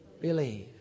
believe